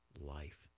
life